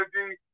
Energy